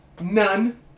None